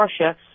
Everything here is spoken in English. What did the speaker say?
Russia